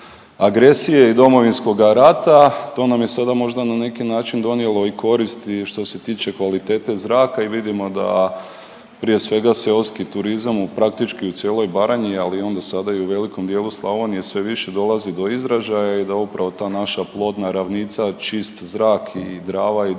agresije i Domovinskoga rata, to nam je sada možda na neki način donijelo i korist i što se tiče kvalitete zraka i vidimo da, prije svega, seoski turizam u praktički u cijeloj Baranji, ali onda sada i u velikom dijelu Slavonije sve više dolazi do izražaja i da upravo ta naša plodna ravnica, čist zrak i Drava i Dunav